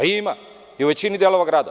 Ima i u većini delova grada.